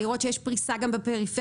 לראות שיש פריסה גם בפריפריה.